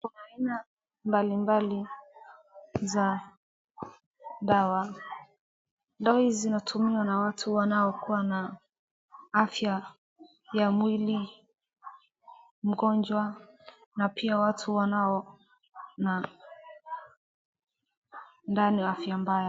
Kuna aina mbalimbali za dawa. Dawa hizi zinatumiwa na watu wanaokuwa na afya ya mwili, mgonjwa na pia watu wanaoona ndani afya mbaya.